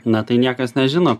na tai niekas nežino